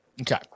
Okay